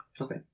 Okay